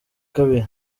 kabiri